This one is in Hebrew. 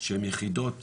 שהן יחידות